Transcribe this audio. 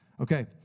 Okay